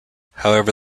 however